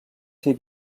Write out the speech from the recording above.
fer